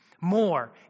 more